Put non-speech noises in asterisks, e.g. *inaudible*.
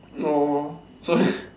no *laughs*